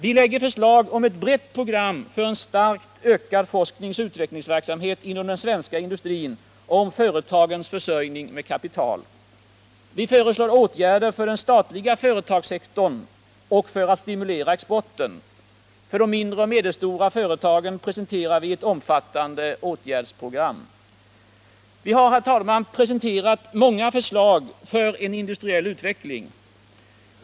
Vi lägger fram förslag om ett brett program för en starkt ökad forskningsoch utvecklingsverksamhet inom den svenska industrin och om företagens försörjning med kapital. Vi föreslår åtgärder för den statliga företagssektorn och för att stimulera exporten. För de mindre och medelstora företagen presenterar vi ett omfattande åtgärdsprogram. Vi har, herr talman, presenterat många förslag för en industriell utveckling.